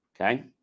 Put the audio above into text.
okay